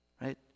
right